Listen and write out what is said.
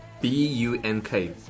B-U-N-K